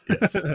Yes